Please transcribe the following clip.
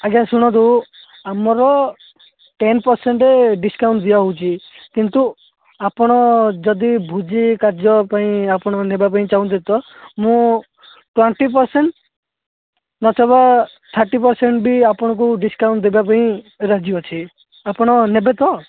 ଆଜ୍ଞା ଶୁଣନ୍ତୁ ଆମର ଟେନ ପରସେଣ୍ଟ ଡିସକାଉଣ୍ଟ ଦିଆହେଉଛି କିନ୍ତୁ ଆପଣ ଯଦି ଭୋଜି କାର୍ଯ୍ୟ ପାଇଁ ଆପଣ ନେବା ପାଇଁ ଚାହୁଁଛନ୍ତି ତ ମୁଁ ଟ୍ୱେଣ୍ଟି ପରସେଣ୍ଟ ଅଥବା ଥାର୍ଟି ପରସେଣ୍ଟ ବି ଆପଣଙ୍କୁ ଡିସକାଉଣ୍ଟ ଦେବା ପାଇଁ ରାଜି ଅଛି ଆପଣ ନେବେ ତ